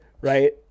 right